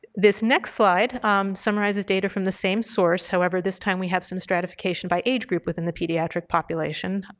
this next slide summarizes data from the same source, however, this time we have some stratification by age group within the pediatric population.